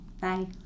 Bye